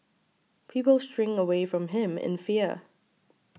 people shrink away from him in fear